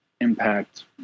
impact